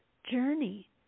journey